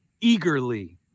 eagerly